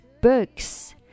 Books